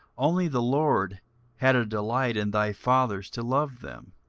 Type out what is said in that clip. only the lord had a delight in thy fathers to love them,